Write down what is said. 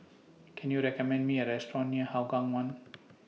Can YOU recommend Me A Restaurant near Hougang one